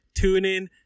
TuneIn